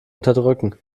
unterdrücken